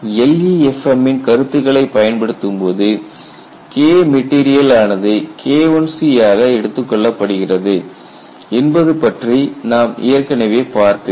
LEFM இன் கருத்துகளைப் பயன்படுத்தும்போது KMat ஆனது K1C ஆக எடுத்துக்கொள்ளப்படுகிறது என்பது பற்றி நாம் ஏற்கனவே பார்த்திருந்தோம்